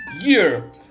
year